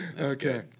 okay